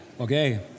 Okay